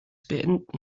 beenden